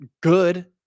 good